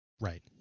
Right